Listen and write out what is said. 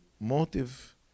motive